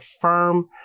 firm